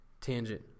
tangent